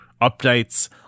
updates